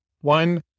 one